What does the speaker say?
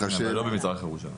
לא במזרח ירושלים.